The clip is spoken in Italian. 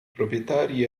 proprietari